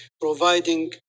providing